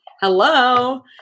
Hello